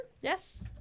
Yes